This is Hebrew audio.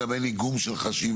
גם אין איגום של חשיבה,